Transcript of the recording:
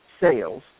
sales